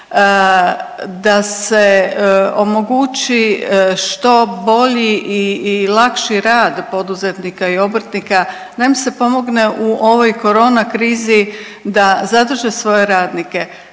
da se omogući što bolji i lakši rad poduzetnika i obrtnika, da im se pomogne u ovoj korona krizi da zadrže svoje radnike.